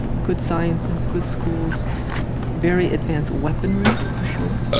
good sciences, good schools very advanced weaponry, for sure